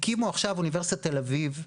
הקימו עכשיו באוניברסיטת תל אביב,